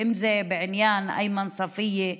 אם זה בעניין איימן ספיה,